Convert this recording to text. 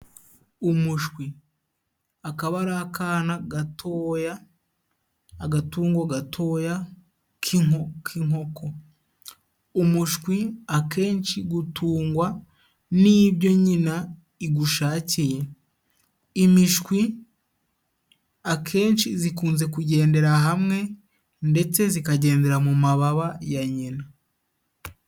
Umushwi akaba ari akana gatoya, agatungo gatoya k'inkoko. Umushwi akenshi gutungwa n'ibyo nyina igushakiye. Imishwi akenshi zikunze kugendera hamwe ndetse zikagendera mu mababa ya nyina.